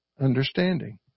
understanding